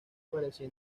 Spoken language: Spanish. parecía